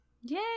Yay